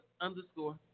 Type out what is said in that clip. Underscore